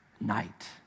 night